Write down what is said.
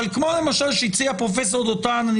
אבל כמו שלמשל הציע פרופסור דותן אני